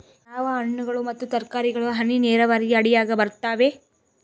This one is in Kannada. ಯಾವ ಹಣ್ಣುಗಳು ಮತ್ತು ತರಕಾರಿಗಳು ಹನಿ ನೇರಾವರಿ ಅಡಿಯಾಗ ಬರುತ್ತವೆ?